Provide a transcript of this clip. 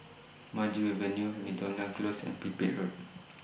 Maju Avenue Miltonia Close and Pipit Road